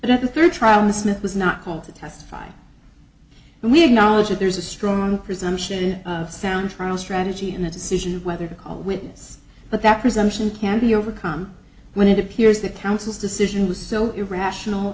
that the third trial the smith was not called to testify and we acknowledge that there's a strong presumption of sound trial strategy in the decision of whether to call a witness but that presumption can be overcome when it appears that council's decision was so irrational